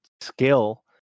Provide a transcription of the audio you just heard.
skill